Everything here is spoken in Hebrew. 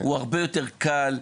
הוא הרבה יותר קל,